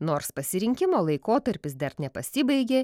nors pasirinkimo laikotarpis dar nepasibaigė